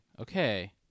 okay